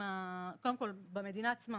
במדינה עצמה